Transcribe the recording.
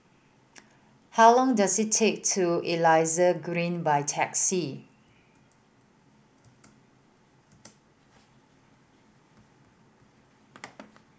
how long does it take to Elias Green by taxi